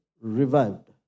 revived